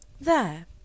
There